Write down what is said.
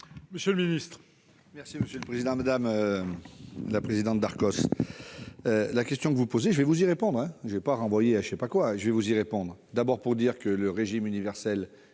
Monsieur le ministre,